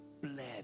bled